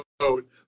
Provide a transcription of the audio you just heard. vote